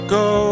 go